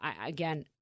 again